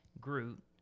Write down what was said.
Groot